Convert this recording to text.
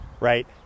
right